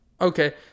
okay